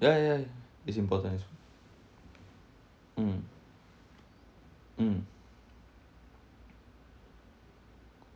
ya ya it's important also mm mm